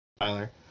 Tyler